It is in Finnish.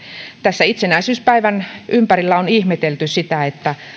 tässä itsenäisyyspäivän ympärillä on ihmetelty sitä